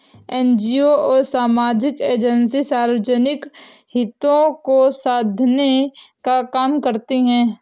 NGO और सामाजिक agency सार्वजनिक हितों को साधने का काम करती हैं